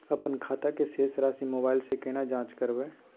अपन खाता के शेस राशि मोबाइल से केना जाँच करबै?